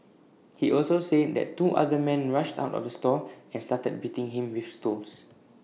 he also said that two other man rushed out of the store and started beating him with stools